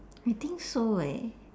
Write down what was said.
I think so leh